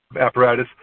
apparatus